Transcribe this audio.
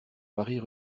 paris